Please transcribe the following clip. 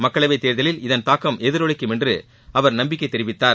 மக்களவைத்தேர்தலில் இதன் தாக்கம் எதிரொலிக்கும் என்று அவர் நம்பிக்கை தெரிவித்தார்